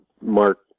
mark